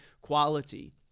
quality